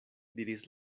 diris